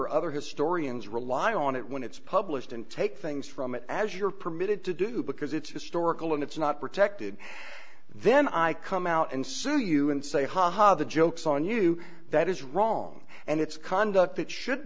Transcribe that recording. or other historians rely on it when it's published and take things from it as you're permitted to do because it's historical and it's not protected then i come out and sue you and say ha ha the joke's on you that is wrong and it's conduct that should